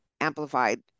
amplified